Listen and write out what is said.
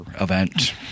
event